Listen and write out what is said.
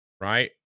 right